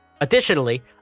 Additionally